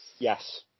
Yes